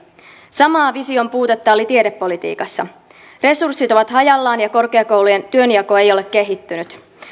samaa vision puutetta oli tiedepolitiikassa resurssit ovat hajallaan ja korkeakoulujen työnjako ei ole kehittynyt